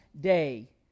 day